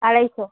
আড়াইশো